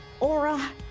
Aura